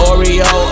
Oreo